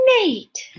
Nate